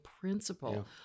principle